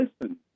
listen